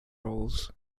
roles